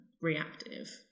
reactive